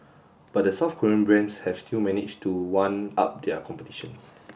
but the South Korean brands have still managed to one up their competition